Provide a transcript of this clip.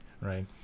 right